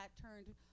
turned